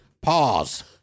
Pause